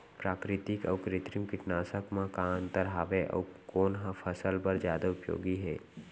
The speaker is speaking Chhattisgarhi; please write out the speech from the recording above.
प्राकृतिक अऊ कृत्रिम कीटनाशक मा का अन्तर हावे अऊ कोन ह फसल बर जादा उपयोगी हे?